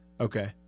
Okay